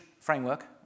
framework